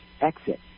exit